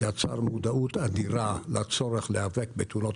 יצר מודעות אדירה לצורך להיאבק בתאונות